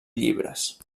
llibres